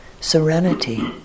Serenity